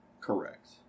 Correct